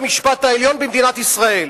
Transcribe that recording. בית-המשפט העליון במדינת ישראל,